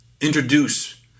introduce